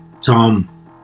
Tom